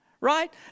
Right